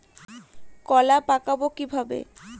কলা পাকাবো কিভাবে?